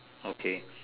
okay